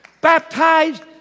Baptized